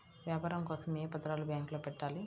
వ్యాపారం కోసం ఏ పత్రాలు బ్యాంక్లో పెట్టాలి?